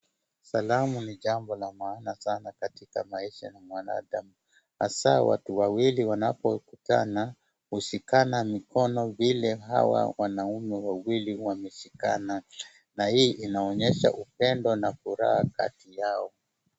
Salmu ni jambo la maana katika maisha ya mwanadamu. Hasa watu wawili wanapokutana hushikana mikono vile hawa wanaume wawili wameshikana na hii inaonyesha upendo na furaha kati yao.